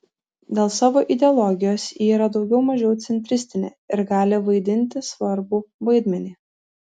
dėl savo ideologijos ji yra daugiau mažiau centristinė ir gali vaidinti svarbų vaidmenį